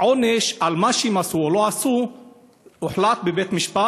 העונש על מה שהם עשו או לא עשו הוחלט בבית-משפט,